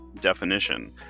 definition